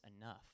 enough